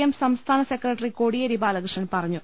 M സംസ്ഥാന secretary Kodiyeri Balakrishnan പറഞ്ഞു